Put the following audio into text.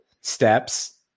steps